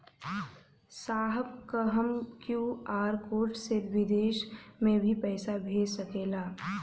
साहब का हम क्यू.आर कोड से बिदेश में भी पैसा भेज सकेला?